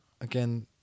again